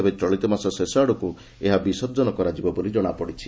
ତେବେ ଚଳିତ ମାସ ଶେଷ ଆଡ଼କୁ ଏହି ବିସର୍ଜନ କରାଯିବ ବୋଲି ଜଣାପଡ଼ିଛି